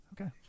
Okay